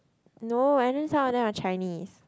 no and then some of them are Chinese